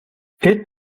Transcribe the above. this